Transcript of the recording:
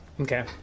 Okay